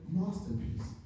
masterpiece